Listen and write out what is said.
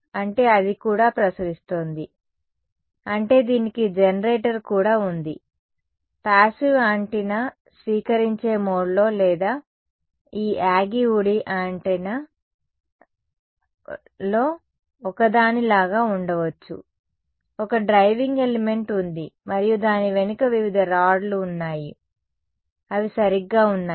అంటే అది కూడా ప్రసరిస్తోంది అంటే దీనికి జెనరేటర్ కూడా ఉంది ప్యాసివ్ యాంటెన్నా స్వీకరించే మోడ్లో లేదా ఈ యాగి ఉడా యాంటెన్నాలలో ఒకదానిలాగా ఉండవచ్చు ఒక డ్రైవింగ్ ఎలిమెంట్ ఉంది మరియు దాని వెనుక వివిధ రాడ్లు ఉన్నాయి అవి సరిగ్గా ఉన్నాయి